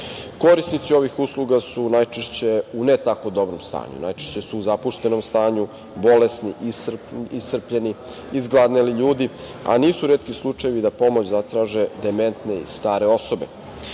Korisnici ovih usluga su najčešće u ne tako dobrom stanju. Najčešće su u zapuštenom stanju, bolesni, iscrpljeni, izgladneli ljudi, a nisu retki slučajevi da pomoć zatraže dementne i stare osobe.